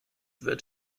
wird